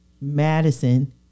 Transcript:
Madison